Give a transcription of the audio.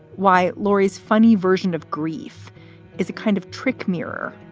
why? laurie's funny version of grief is a kind of trick mirror,